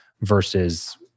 versus